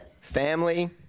Family